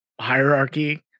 hierarchy